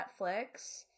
Netflix